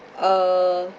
uh